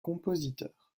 compositeur